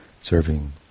serving